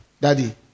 Daddy